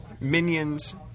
minions